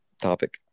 topic